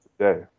today